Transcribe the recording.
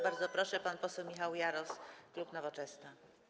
Bardzo proszę, pan poseł Michał Jaros, klub Nowoczesna.